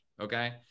okay